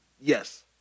yes